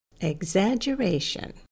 Exaggeration